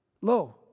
Lo